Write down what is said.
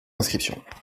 inscriptions